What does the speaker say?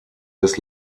des